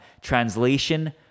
Translation